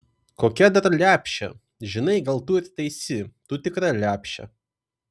kokia dar lepšė žinai gal tu ir teisi tu tikra lepšė